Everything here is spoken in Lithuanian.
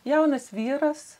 jaunas vyras